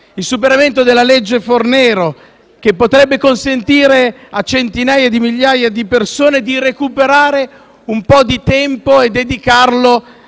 il superamento della legge Fornero, che potrebbe consentire a centinaia di migliaia di persone di recuperare un po' di tempo e di dedicarlo